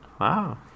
Wow